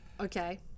Okay